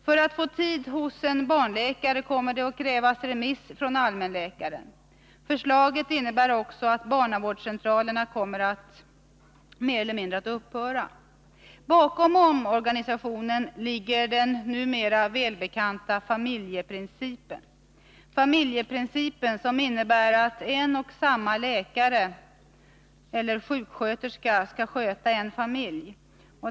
För att få tid hos en barnläkare kommer det att krävas remiss från allmänläkaren. Förslaget innebär också att barnavårdscentralerna mer eller mindre kommer att upphöra. Bakom den föreslagna omorganisationen ligger den numera välbekanta familjeprincipen, som innebär att en och samma läkare eller sjuksköterska skall sköta en familj.